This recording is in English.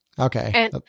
okay